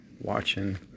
watching